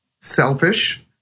selfish